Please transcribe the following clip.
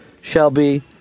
Shelby